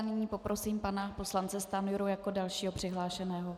Nyní tedy poprosím pana poslance Stanjuru jako dalšího přihlášeného.